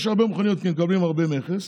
יש הרבה מכוניות, כי מקבלים הרבה מכס,